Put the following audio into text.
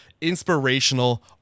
inspirational